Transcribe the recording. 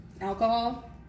alcohol